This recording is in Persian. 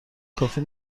کافی